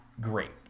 great